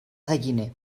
galliner